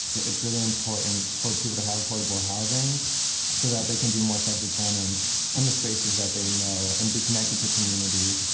it's really important for people to have affordable housing so that they can be more self-determined in and the spaces that they know and be connected to community.